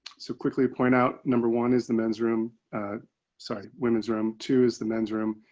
so quickly point out. number one is the men's room side women's room to as the men's room.